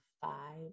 five